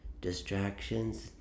distractions